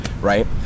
right